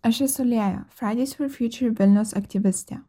aš esu lėja fraides for fjūčia vilniaus aktyvistė